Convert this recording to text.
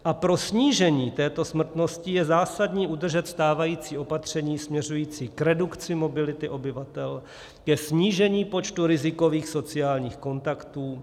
A pro snížení této smrtnosti je zásadní udržet stávající opatření směřující k redukci mobility obyvatel, k snížení počtu rizikových sociálních kontaktů.